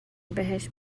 بهش